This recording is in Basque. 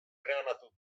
bereganatu